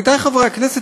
עמיתי חברי הכנסת,